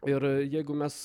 ir jeigu mes